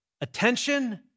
Attention